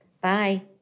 Bye